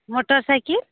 motor cycle